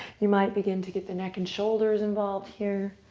you might begin to get the neck and shoulders involved here.